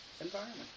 environment